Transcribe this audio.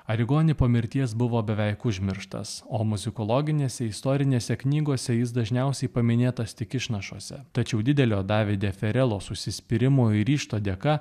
arigoni po mirties buvo beveik užmirštas o muzikologinėse istorinėse knygose jis dažniausiai paminėtas tik išnašose tačiau didelio davidė ferelos užsispyrimo ir ryžto dėka